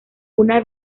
una